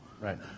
Right